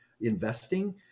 investing